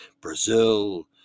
Brazil